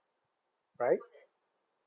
right